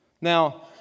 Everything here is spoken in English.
Now